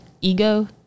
ego